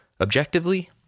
objectively